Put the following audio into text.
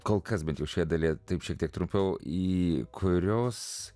kol kas bent jau šioje dalyje taip šiek tiek trumpiau į kurios